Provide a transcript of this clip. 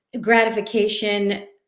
gratification